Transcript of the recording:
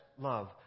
love